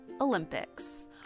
Olympics